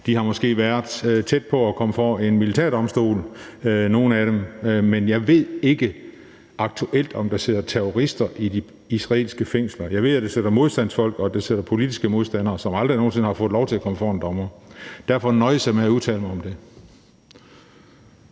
dem har måske været tæt på at komme for en militærdomstol, men jeg ved ikke aktuelt, om der sidder terrorister i de israelske fængsler. Jeg ved, at der sidder modstandsfolk, og at der sidder politiske modstandere, som aldrig nogen sinde har fået lov til at komme for en dommer. Derfor nøjes jeg med at udtale mig om det.